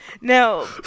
Now